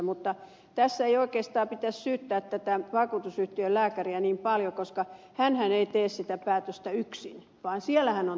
mutta tässä ei oikeastaan pitäisi syyttää tätä vakuutusyhtiön lääkäriä niin paljon koska hänhän ei tee sitä päätöstä yksin vaan siellähän on tiimi